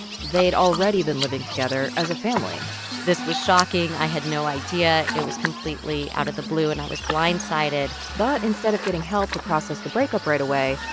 they'd already been living together as a family this was shocking. i had no idea. it was completely out of the blue, and i was blindsided but instead of getting help to process the breakup right away,